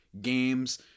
games